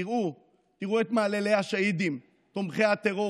תראו את מעללי השהידים תומכי הטרור,